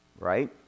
right